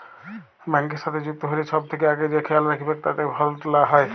ব্যাংকের সাথে যুক্ত হ্যলে ছব থ্যাকে আগে খেয়াল রাইখবেক যাতে ফরড লা হ্যয়